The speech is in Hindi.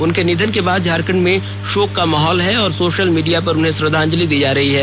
उनके निधन के बाद झारखंड में शोक का माहौल है और सोशल मीडिया पर उन्हें श्रद्धांजलि दी जा रही है